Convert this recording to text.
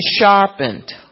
sharpened